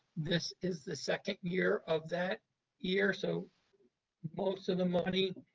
this is the second year of that year, so most of the money